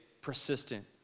persistent